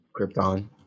Krypton